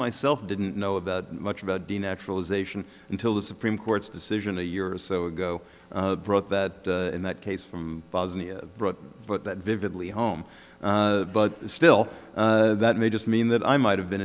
myself didn't know about much about the naturalization until the supreme court's decision a year or so ago brought that in that case from bosnia bro but that vividly home but still that may just mean that i might have been